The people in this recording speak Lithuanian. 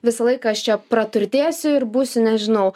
visą laiką aš čia praturtėsiu ir būsiu nežinau